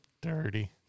Dirty